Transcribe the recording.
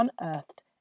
unearthed